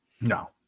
No